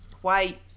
white